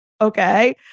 okay